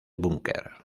búnker